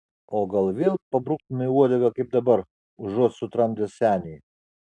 o gal vėl pabruktumei uodegą kaip dabar užuot sutramdęs senį